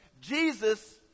Jesus